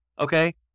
okay